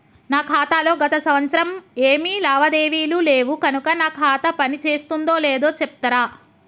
నా ఖాతా లో గత సంవత్సరం ఏమి లావాదేవీలు లేవు కనుక నా ఖాతా పని చేస్తుందో లేదో చెప్తరా?